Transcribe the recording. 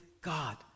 God